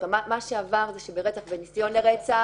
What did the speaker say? מה שעבר זה ברצח ובניסיון לרצח.